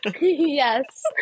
Yes